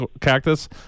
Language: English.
cactus